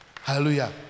Hallelujah